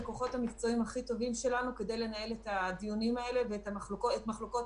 שבסך הכול יהיו מוטלים על הכתפיים של השנים הבאות והדורות הבאים.